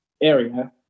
area